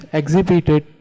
exhibited